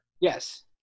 Yes